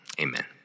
Amen